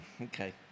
Okay